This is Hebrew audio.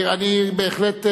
בהחלט,